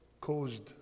caused